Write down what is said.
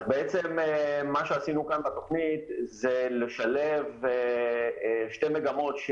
(הצגת מצגת) מה שעשינו כאן בתוכנית זה לשלב שתי מגמות,